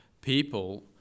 people